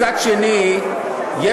מצד שני,